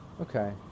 Okay